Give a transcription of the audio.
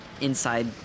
Inside